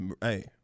Hey